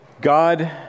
God